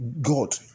God